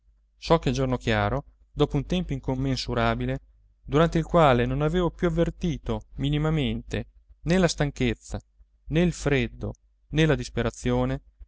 so che a giorno chiaro dopo un tempo incommensurabile durante il quale non avevo più avvertito minimamente né la stanchezza né il freddo né la disperazione